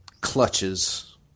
clutches